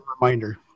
reminder